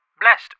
blessed